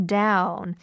down